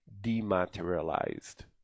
dematerialized